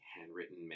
handwritten